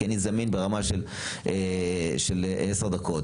כי אני זמין ברמה של 10 דקות.